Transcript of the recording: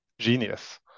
genius